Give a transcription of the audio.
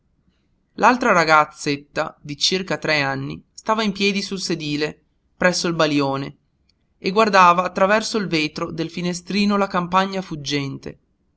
l'altra ragazzetta di circa tre anni stava in piedi sul sedile presso il balione e guardava attraverso il vetro del finestrino la campagna fuggente